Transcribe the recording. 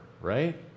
right